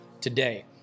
today